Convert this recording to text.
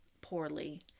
poorly